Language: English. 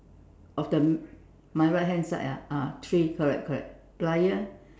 of the my right hand side ah ah three correct correct plier